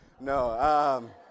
No